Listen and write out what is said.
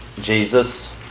Jesus